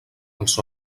els